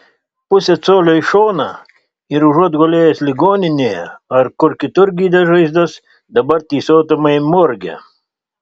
pusė colio į šoną ir užuot gulėjęs ligoninėje ar kur kitur gydęs žaizdas dabar tysotumei morge